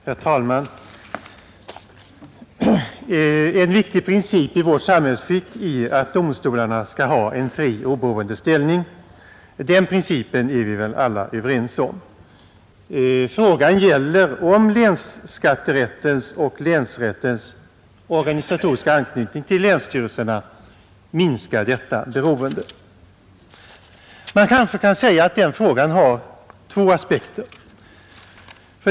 Herr talman! En viktig princip i vårt samhällsskick är att domstolarna skall ha en fri och oberoende ställning. Den principen är vi väl alla överens om. Frågan är om länsskatterättens och länsrättens organisatoriska anknytning till länsstyrelserna minskar detta oberoende. Man kanske kan säga att den frågan har två aspekter.